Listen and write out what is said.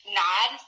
nod